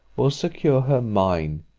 will secure her mine,